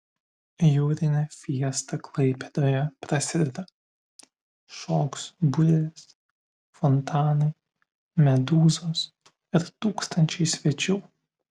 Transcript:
jūrinė fiesta klaipėdoje prasideda šoks burės fontanai medūzos ir tūkstančiai svečių